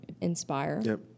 inspire